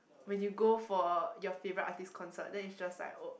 when you go for your favourite artist concert then it's just like oh